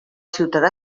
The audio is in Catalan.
ciutadà